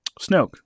Snoke